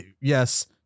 yes